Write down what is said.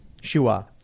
shua